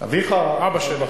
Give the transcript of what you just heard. אביך -- אבא שלי.